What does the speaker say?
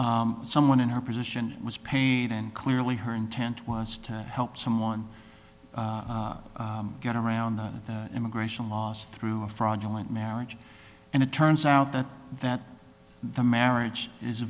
someone in her position was painted and clearly her intent was to help someone get around immigration lost through a fraudulent marriage and it turns out that that the marriage is a